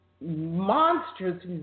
monstrous